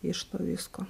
iš visko